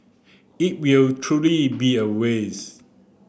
it will truly be a waste